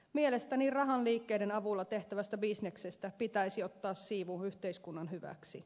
mielestäni rahan liikkeiden avulla tehtävästä bisneksestä pitäisi ottaa siivu yhteiskunnan hyväksi